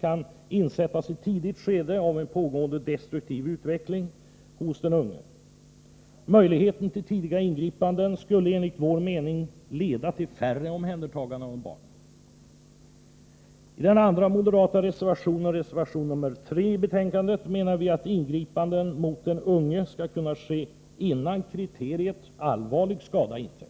kan insättas i ett tidigt skede av en pågående destruktiv utveckling hos den unge. Möjligheten till tidiga ingripanden skulle enligt vår mening leda till färre omhändertaganden av barn. I den andra moderata reservationen — reservation 3 — menar vi att ingripanden mot den unge skall kunna ske innan kriteriet allvarlig skada inträtt.